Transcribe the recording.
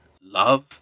love